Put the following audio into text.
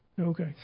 Okay